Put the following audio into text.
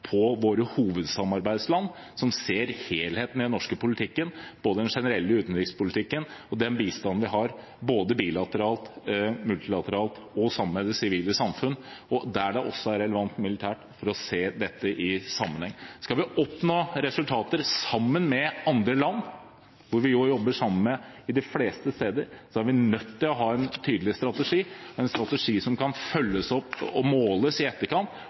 våre hovedsamarbeidsland, der man ser helheten i den norske politikken – både i den generelle utenrikspolitikken og i den bistanden vi har – både bilateralt og multilateralt, i samarbeid med det sivile samfunn, og der det også er relevant militært, for å se dette i sammenheng. Skal vi oppnå resultater sammen med andre land, som vi jo jobber sammen med de fleste steder, er vi nødt til å ha en tydelig strategi, en strategi som kan følges opp og måles i etterkant,